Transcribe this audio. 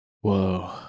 Whoa